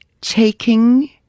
taking